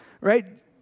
right